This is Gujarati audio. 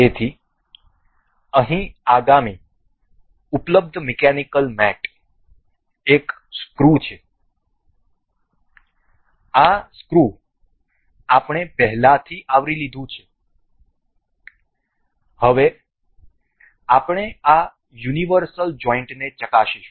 તેથી અહીં આગામી ઉપલબ્ધ મિકેનિકલ મેટ એક સ્ક્રુ છે આ સ્ક્રુ આપણે પહેલાથી આવરી લીધું છે હવે આપણે આ યુનિવર્સલ જોઈન્ટને ચકાસીશું